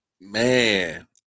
Man